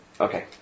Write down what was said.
Okay